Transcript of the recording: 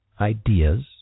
ideas